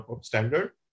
standard